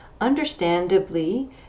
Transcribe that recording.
understandably